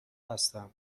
هستم